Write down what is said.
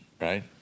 Right